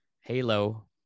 Halo